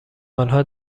آنها